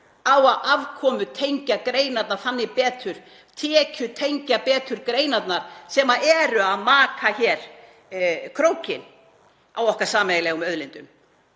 á að afkomutengja greinarnar þannig betur, tekjutengja betur greinarnar sem eru að maka hér krókinn á okkar sameiginlegu auðlindum.